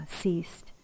ceased